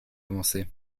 avancer